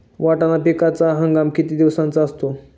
वाटाणा पिकाचा हंगाम किती दिवसांचा असतो?